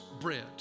bread